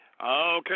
Okay